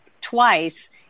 twice